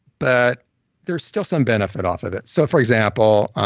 but there's still some benefit off of it. so for example,